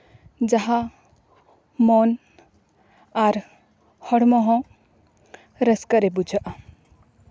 ᱡᱟᱦᱟᱸ ᱢᱚᱱ ᱟᱨ ᱦᱚᱲᱢᱚ ᱦᱚᱸ ᱨᱟᱹᱥᱠᱟᱹ ᱜᱮ ᱵᱩᱡᱷᱟᱹᱜᱼᱟ